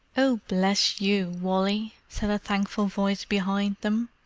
oh, bless you, wally! said a thankful voice behind them.